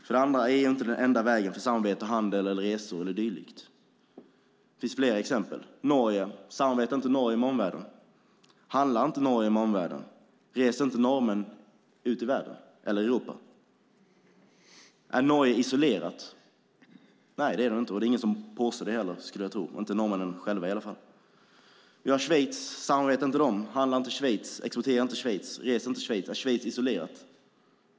För det andra är EU inte den enda vägen för samarbete, handel, resor eller dylikt. Det finns flera exempel. Norge är ett. Samarbetar inte Norge med omvärlden? Handlar inte Norge med omvärlden? Reser inte norrmän ut i världen eller i Europa? Är Norge isolerat? Nej, det är det inte och jag tror inte heller att det är någon som påstår det - inte norrmännen själva i alla fall. Schweiz är ett annat exempel. Samarbetar inte Schweiz? Handlar inte Schweiz? Exporterar inte Schweiz? Reser inte schweizare? Är Schweiz isolerat?